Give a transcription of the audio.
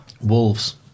Wolves